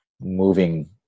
moving